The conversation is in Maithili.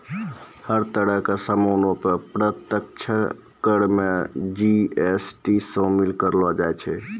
हर तरह के सामानो पर अप्रत्यक्ष कर मे जी.एस.टी शामिल करलो जाय छै